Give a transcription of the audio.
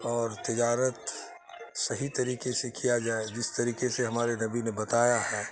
اور تجارت صحیح طریقے سے کیا جائے جس طریقے سے ہمارے نبی نے بتایا ہے